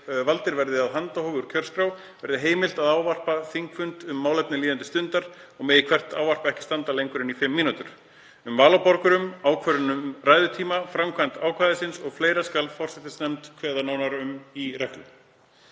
valdir verði af handahófi úr kjörskrá, verði heimilað að ávarpa þingfund um málefni líðandi stundar og megi hvert ávarp ekki standa lengur en í fimm mínútur. Um val á borgurum, ákvörðun um ræðutíma, framkvæmd ákvæðisins og fleira skal forsætisnefnd kveða nánar á um í reglum.